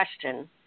question